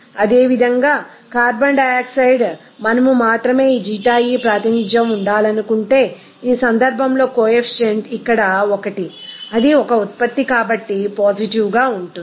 అదేవిధంగా carbon dioxide మనము మాత్రమే ఈ ξe ప్రాతినిధ్యం ఉండాలనుకుంటే ఈసందర్భంలో కొఎఫిషియంట్ ఇక్కడ 1 అది ఒక ఉత్పత్తి కాబట్టి పాజిటివ్ గా ఉంటుంది